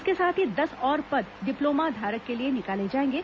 इसके साथ ही दस और पद डिप्लोमाधारक के लिए निकाले जाएंगे